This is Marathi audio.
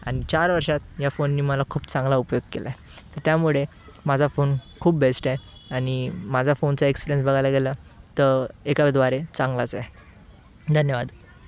आणि चार वर्षात या फोनने मला खूप चांगला उपयोग केला आहे तर त्यामुळे माझा फोन खूप बेस्ट आहे आणि माझा फोनचा एक्सप्रीअन्स बघायला गेलं तर एकाद्वारे चांगलाच आहे धन्यवाद